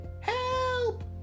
Help